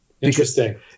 Interesting